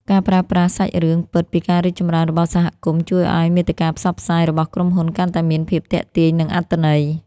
ការប្រើប្រាស់សាច់រឿងពិតពីការរីកចម្រើនរបស់សហគមន៍ ជួយឱ្យមាតិកាផ្សព្វផ្សាយរបស់ក្រុមហ៊ុនកាន់តែមានភាពទាក់ទាញ និងអត្ថន័យ។